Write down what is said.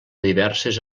diverses